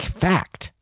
fact